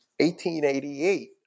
1888